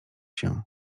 się